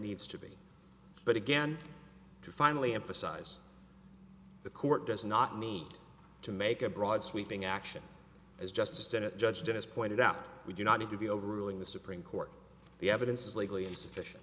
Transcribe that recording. needs to be but again to finally emphasize the court does not need to make a broad sweeping action as just in a judge has pointed out we do not need to be overruling the supreme court the evidence is likely insufficient